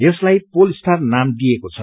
यसलाई पोलस्टार नाम दिइएको छ